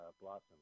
Blossom